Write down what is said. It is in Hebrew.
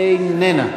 איננה.